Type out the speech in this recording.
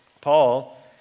Paul